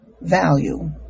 value